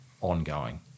ongoing